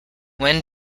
when